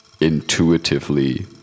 intuitively